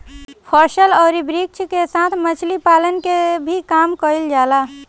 फसल अउरी वृक्ष के साथ मछरी पालन के भी काम कईल जाला